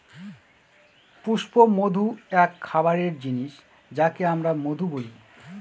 পুষ্পমধু এক খাবারের জিনিস যাকে আমরা মধু বলি